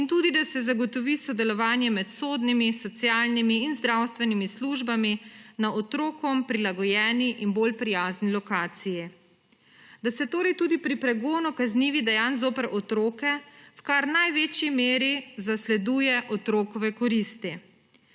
in tudi, da se zagotovi sodelovanje med sodnimi, socialnimi in zdravstvenimi službami na otrokom prilagojeni in bolj prijazni lokaciji – da se torej tudi pri pregonu kaznivih dejanj zoper otroke v kar največji meri zasleduje otrokove koristi.